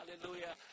Hallelujah